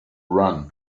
run